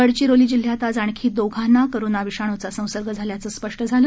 गडचिरोली जिल्ह्यात आज आणखी दोघांना कोरोना विषाणूचा संसर्ग झाल्याचं स्पष्ट झालं